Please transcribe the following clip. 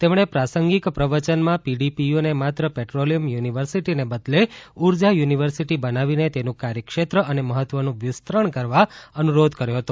તેમણે પ્રાસંગિક પ્રવચનમાં પીડીપીયુને માત્ર પેટ્રોલિયમ યુનિવર્સિટીને બદલે ઉર્જા યુનિવર્સિટી બનાવીને તેનું કાર્યક્ષેત્ર અને મહત્વનું વિસ્તરણ કરવા અનુરોધ કર્યો હતો